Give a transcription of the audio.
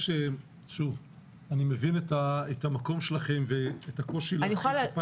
אני מבין את המקום שלכם ואת הקושי להפעיל את הפיילוט.